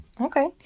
Okay